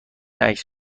عکس